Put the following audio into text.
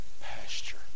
pasture